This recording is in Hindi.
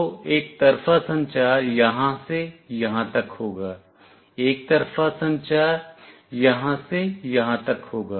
तो एकतरफ़ा संचार यहां से यहां तक होगा एकतरफ़ा संचार यहां से यहां तक होगा